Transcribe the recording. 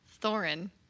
Thorin